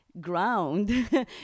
ground